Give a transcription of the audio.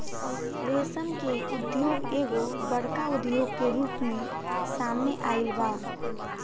रेशम के उद्योग एगो बड़का उद्योग के रूप में सामने आइल बा